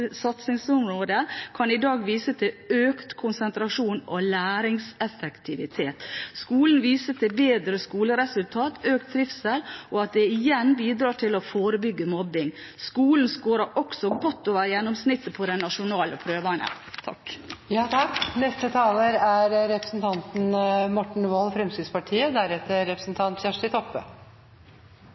kan i dag vise til økt konsentrasjon og læringseffektivitet. Skolen viser til bedre skoleresultater, økt trivsel og at det igjen bidrar til å forebygge mobbing. Skolen scårer også godt over gjennomsnittet på de nasjonale prøvene. Jeg